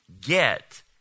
get